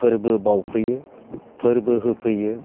फोरबो बावफैयो फोरबो होफैयो